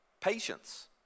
Patience